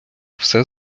все